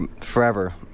forever